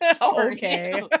okay